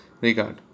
regard